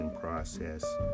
process